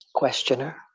Questioner